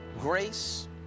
grace